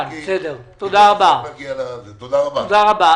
תודה רבה.